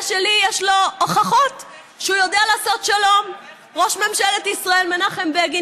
איך נראה השלום שלך?